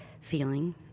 feeling